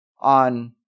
on